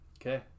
Okay